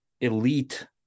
elite